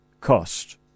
cost